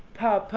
pow, pow!